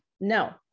No